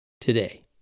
today